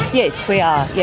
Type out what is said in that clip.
yes, we are, yeah